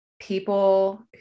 people